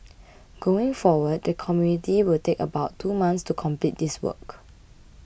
going forward the committee will take about two months to complete this work